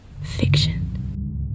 fiction